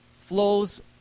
flows